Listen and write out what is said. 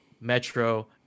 metro